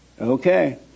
Okay